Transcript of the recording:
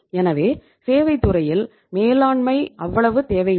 எனவே சேவைத் துறையில் மேலாண்மை அவ்வளவு தேவையில்லை